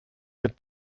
mit